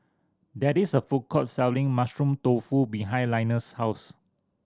there is a food court selling Mushroom Tofu behind Linus' house